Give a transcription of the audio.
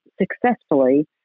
successfully